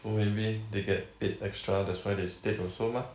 so maybe they get paid extra that's why they stayed also mah